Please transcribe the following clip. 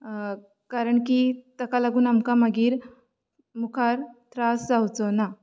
कारण की ताका लागून आमकां मागीर मुखार त्रास जावचो ना